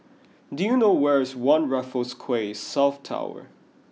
do you know where is One Raffles Quay South Tower